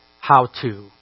how-to